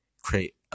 create